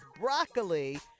broccoli